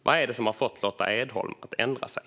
Vad har fått Lotta Edholm att ändra sig?